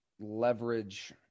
leverage